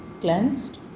cleansed